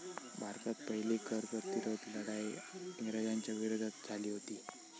भारतात पहिली कर प्रतिरोध लढाई इंग्रजांच्या विरोधात झाली हुती